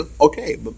Okay